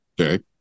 Okay